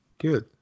Good